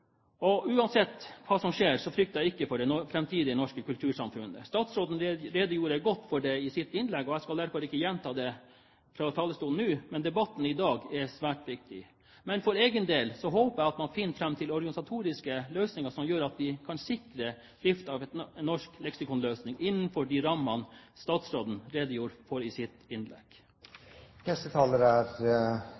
Uansett hva som skjer, frykter jeg ikke for det framtidige norske kultursamfunnet. Statsråden redegjorde godt for det i sitt innlegg, og jeg skal derfor ikke gjenta det fra talerstolen nå. Men debatten i dag er svært viktig. Men for egen del håper jeg man finner fram til organisatoriske løsninger som gjør at vi kan sikre drift av en norsk leksikonløsning innenfor de rammer statsråden redegjorde for i sitt innlegg.